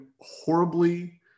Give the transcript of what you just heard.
horribly